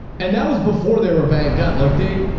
and that was before they were banged up. like they,